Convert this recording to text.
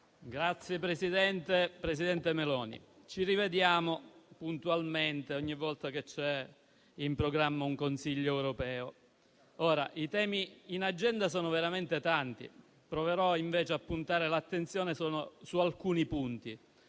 Presidente del Consiglio Meloni, ci rivediamo puntualmente ogni volta che c'è in programma un Consiglio europeo. Ora i temi in agenda sono veramente tanti, ma proverò a puntare l'attenzione su alcuni punti.